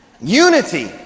Unity